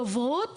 דוברות